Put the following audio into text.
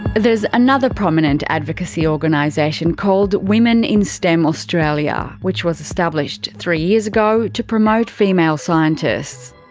there's another prominent advocacy organisation called women in stem australia which was established three years ago to promote female scientists.